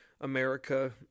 America